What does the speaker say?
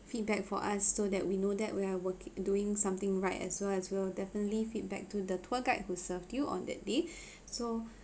feedback for us so that we know that we are worki~ doing something right as well as we'll definitely feedback to the tour guide who served you on that day so